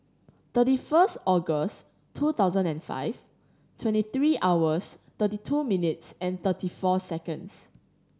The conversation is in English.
thirty first August two thousand and five twenty three hours thirty two minutes and thirty four seconds